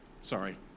Sorry